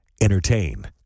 entertain